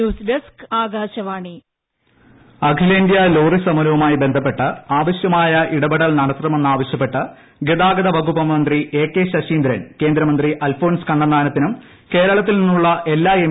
news desk Akashvani ട്ടടടടടടടട lorry സമരം അഖിലേന്തൃ ലോറി സമരവുമായി ബന്ധപ്പെട്ട് ആവശൃമായ ഇടപെടൽ നടത്തണമെന്ന് ആവശ്യപ്പെട്ട് ഗതാഗതവകുപ്പുമന്ത്രി എ കെ ശശീന്ദ്രൻ കേന്ദ്രമന്തി അൽഫോൺസ് കണ്ണന്താനത്തിനും ് കേരളത്തിൽ നിന്നുള്ള എല്ലാ എം